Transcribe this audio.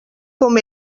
com